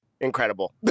incredible